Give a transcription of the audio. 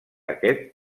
aquest